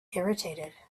irritated